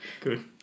Good